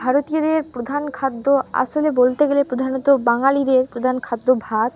ভারতীয়দের প্রধান খাদ্য আসলে বলতে গেলে প্রধানত বাঙালিদের প্রধান খাদ্য ভাত